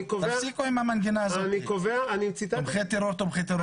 תפסיקו עם המנגינה הזאת, תומכי טרור, תומכי טרור.